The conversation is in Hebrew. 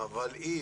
אבל אם